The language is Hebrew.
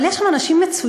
אבל יש שם אנשים מצוינים,